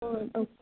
ഓ okay